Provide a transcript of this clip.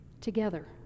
together